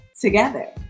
together